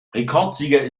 rekordsieger